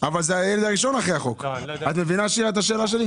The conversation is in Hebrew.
את מבינה, שירה, את השאלה שלי?